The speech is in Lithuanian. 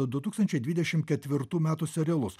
du tūkstančiai dvidešim ketvirtų metų serialus